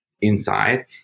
inside